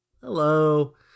Hello